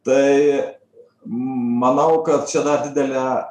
tai manau kad čia dar didelę